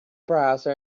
browser